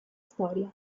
storia